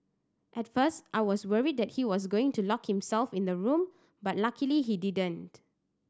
at first I was worried that he was going to lock himself in the room but luckily he didn't